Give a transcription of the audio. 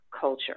culture